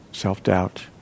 Self-doubt